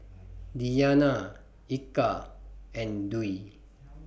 Diyana Eka and Dwi